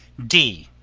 d.